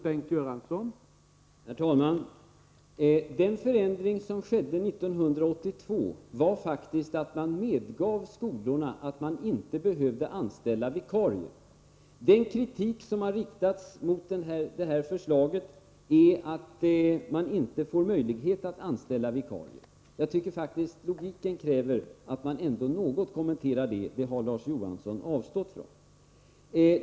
Herr talman! Den förändring som skedde 1982 var faktiskt att man medgav att skolorna inte behövde anställa vikarier. Den kritik som riktats mot detta har gått ut på att man inte får möjlighet att anställa vikarier. Jag tycker faktiskt logiken kräver att man ändå något kommenterade det. Det har Larz Johansson avstått från att göra.